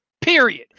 period